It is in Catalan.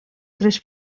tres